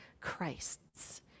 Christ's